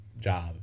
job